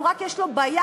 רק יש לו בעיה,